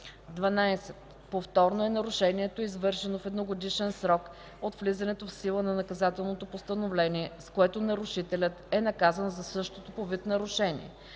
12. „Повторно” е нарушението, извършено в едногодишен срок от влизането в сила на наказателното постановление, с което нарушителят е наказан за същото по вид нарушение.